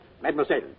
mademoiselle